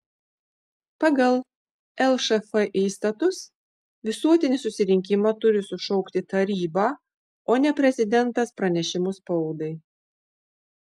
pagal lšf įstatus visuotinį susirinkimą turi sušaukti taryba o ne prezidentas pranešimu spaudai